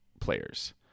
players